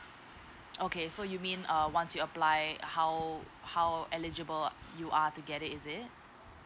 okay so you mean err once you apply how how eligible you are to get it is it